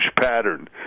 pattern